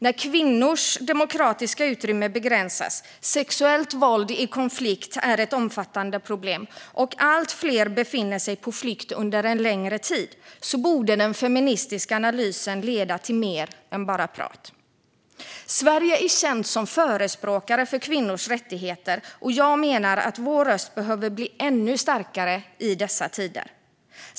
När kvinnors demokratiska utrymme begränsas, sexuellt våld i konflikt är ett omfattande problem och allt fler befinner sig på flykt och under längre tid borde den feministiska analysen leda till mer än bara prat. Sverige är känt som förespråkare för kvinnors rättigheter, och jag menar att vår röst behöver bli ännu starkare i dessa tider.